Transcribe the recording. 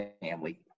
family